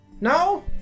No